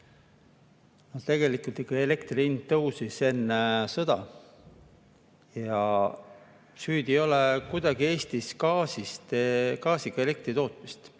Tegelikult elektri hind tõusis ikka enne sõda ja süüdi ei ole kuidagi Eestis gaasiga elektritootmine.